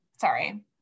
sorry